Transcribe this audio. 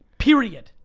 period.